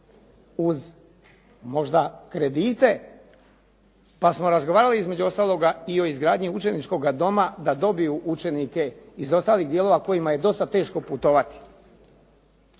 uz možda kredite, pa smo razgovarali između ostaloga i o izgradnji učeničkoga doma da dobiju učenike iz ostalih dijelova kojima je dosta teško putovati.